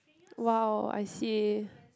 !wow! I see